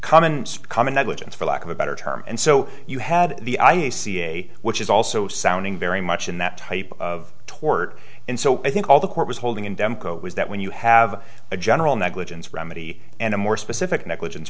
common common negligence for lack of a better term and so you had the i c a which is also sounding very much in that type of tort and so i think all the court was holding in dempo was that when you have a general negligence remedy and a more specific negligence